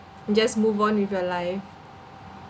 just move on with your life